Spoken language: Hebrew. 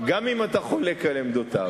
גם אם אתה חולק על עמדותיו.